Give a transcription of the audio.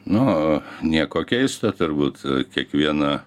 nu nieko keisto turbūt kiekviena